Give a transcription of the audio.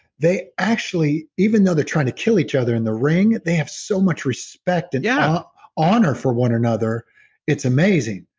they actually even though they're trying to kill each other in the ring, they have so much respect and yeah honor for one another it's amazing.